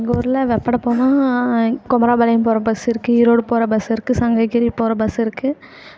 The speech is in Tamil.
எங்கள் ஊரில் வெப்படை போனால் குமாரப்பாளையம் போகிற பஸ் இருக்குது ஈரோடு போகிற பஸ் இருக்குது சங்கரகிரி போகிற பஸ் இருக்குது